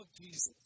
Jesus